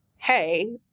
hey